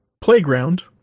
playground